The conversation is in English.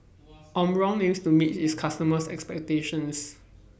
Omron aims to meet its customers' expectations